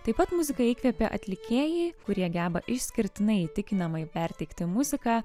taip pat muziką įkvėpė atlikėjai kurie geba išskirtinai įtikinamai perteikti muziką